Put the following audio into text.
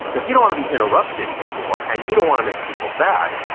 so if you don't want to be interrupted anymore and you don't want to make people sad,